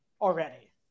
already